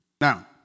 Now